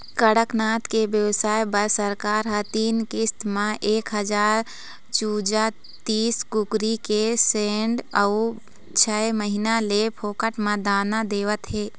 कड़कनाथ के बेवसाय बर सरकार ह तीन किस्त म एक हजार चूजा, तीस कुकरी के सेड अउ छय महीना ले फोकट म दाना देवत हे